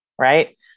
right